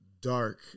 dark